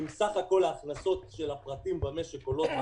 אם סך כול ההכנסות של הפרטים במשק עולות,